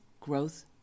growth